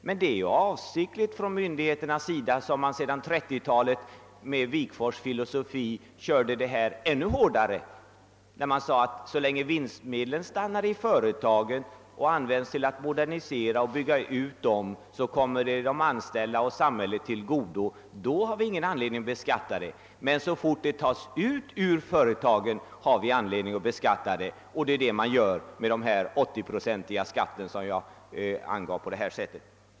Men det är ju avsiktligt som myndigheterna möjliggör detta. Man har gjort det ända sedan 1930-talet, och i början gick man in för det ännu hårdare enligt Wigforss” filosofi, att så länge vinstmedlen stannar i företagen och används till att modernisera och bygga ut dessa, så kommer medlen de anställda och samhället till godo, och då finns det ingen anledning till beskattning. Men så fort medlen tas ut från företagen har vi anledning till beskattning, och då blir det fråga om den 80-procentiga skatt jag angav.